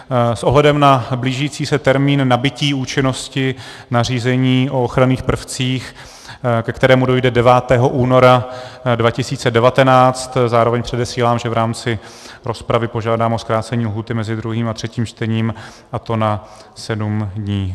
S ohledem na blížící se termín nabytí účinnosti nařízení o ochranných prvcích, ke kterému dojde 9. února 2019, zároveň předesílám, že v rámci rozpravy požádám o zkrácení lhůty mezi druhým a třetím čtením, a to na 7 dní.